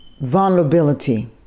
vulnerability